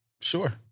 Sure